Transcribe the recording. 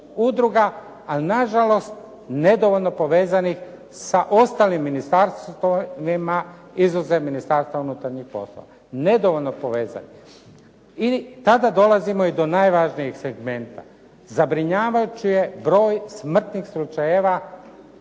ali nažalost nedovoljno povezanih sa ostalim ministarstvima izuzev Ministarstva unutarnjih poslova. Nedovoljno povezani. I tada dolazimo i do najvažnijeg segmenta. Zabrinjavajući je broj smrtnih slučajeva